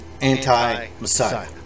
anti-messiah